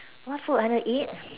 what food I want to eat